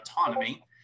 autonomy